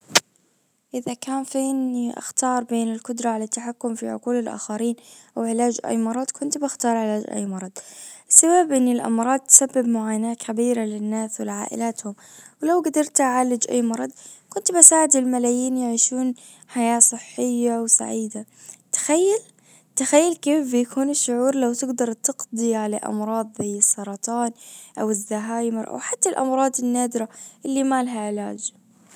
اذا كان فيني اختار بين القدرة على التحكم في عقول الاخرين وعلاج اي مرض كنت بختار علاج اي مرض. بسبب ان الامراض تسبب معاناة كبيرة للناس والعائلات ولو جدرت أعالج اي مرض كنت بساعد الملايين يعيشون حياة صحية وسعيدة تخيل تخيل بيكون كيف الشعور لو تجدر تقضي على امراض السرطان او الزهايمر او حتى الامراض النادرة اللي ما لها علاج.